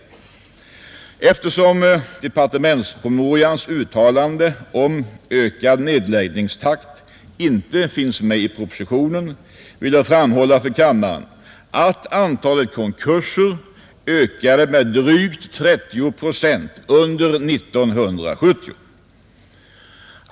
Eftersom departementspromemorians uttalande om ökad nedläggningstakt inte finns med i propositionen, vill jag framhålla för kammaren, att antalet konkurser ökat med drygt 30 procent under 1970.